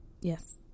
Yes